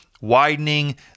widening